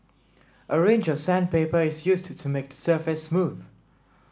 a range of sandpaper is used to make the surface smooth